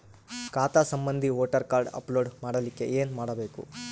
ಖಾತಾ ಸಂಬಂಧಿ voter card upload ಮಾಡಲಿಕ್ಕೆ ಏನ ಮಾಡಬೇಕು?